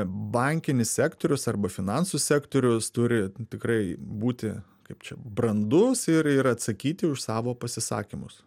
bankinis sektorius arba finansų sektorius turi tikrai būti kaip čia brandus ir ir atsakyti už savo pasisakymus